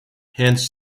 hence